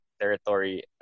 territory